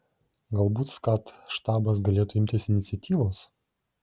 galbūt skat štabas galėtų imtis iniciatyvos